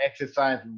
exercise